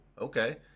Okay